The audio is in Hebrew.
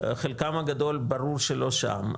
חלקם הגדול ברור שלא שם,